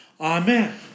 Amen